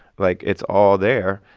like, it's all there,